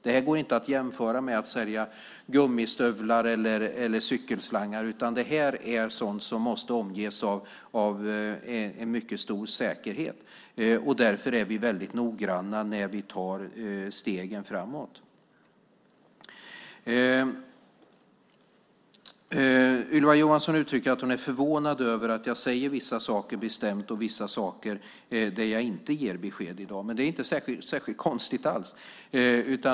Det här går inte att jämföra med att sälja gummistövlar eller cykelslangar, utan det här är sådant som måste omges med en mycket stor säkerhet, och därför är vi väldigt noggranna när vi tar stegen framåt. Ylva Johansson uttrycker att hon är förvånad över att jag säger vissa saker bestämt och att det finns vissa saker som jag inte ger besked om i dag, men det är inte särskilt konstigt alls.